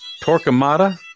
Torquemada